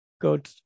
good